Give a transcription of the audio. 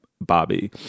Bobby